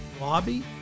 Lobby